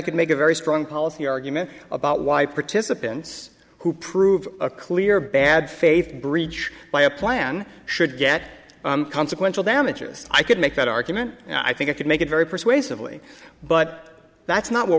could make a very strong policy argument about why participants who prove a clear bad faith breach by a plan should get consequential damages i could make that argument and i think it could make it very persuasively but that's not what